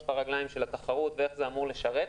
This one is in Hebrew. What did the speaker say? הרגליים של התחרות ואיך זה אמור לשרת,